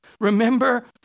Remember